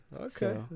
Okay